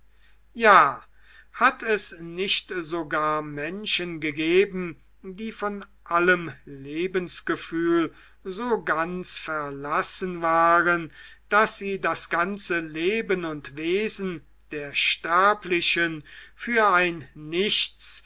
ja hat es nicht sogar menschen gegeben die von allem lebensgefühl so ganz verlassen waren daß sie das ganze leben und wesen der sterblichen für ein nichts